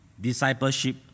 discipleship